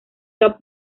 top